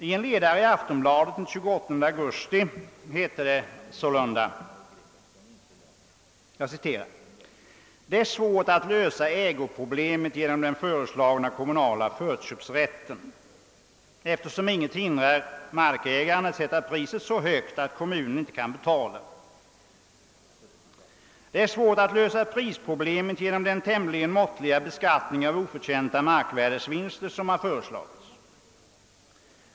I en ledare i Aftonbladet den 28 augusti i år skrev man sålunda följande: »Det är svårt att lösa ägoproblemet genom den föreslagna kommunala = förköpsrätten, eftersom inget hindrar markägaren att sätta priset så högt att kommunen inte kan betala. Det är svårt att lösa prisproblemet genom den tämligen måttliga beskattning av oförtjänta markvärdesvinster som har föreslagits.